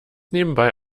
nebenbei